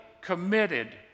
committed